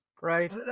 right